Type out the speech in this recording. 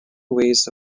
ways